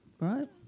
right